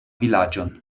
vilaĝon